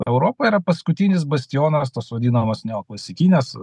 europa yra paskutinis bastionas tos vadinamos neoklasikinės